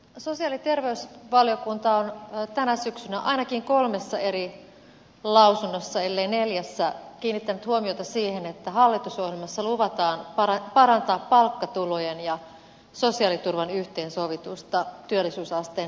sosiaali ja terveysvaliokunta on tänä syksynä ainakin kolmessa eri lausunnossa ellei neljässä kiinnittänyt huomiota siihen että hallitusohjelmassa luvataan parantaa palkkatulojen ja sosiaaliturvan yhteensovitusta työllisyysasteen nostamiseksi